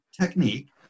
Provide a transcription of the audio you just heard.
technique